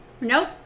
Nope